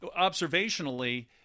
observationally